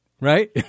Right